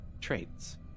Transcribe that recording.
traits